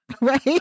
Right